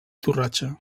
torratxa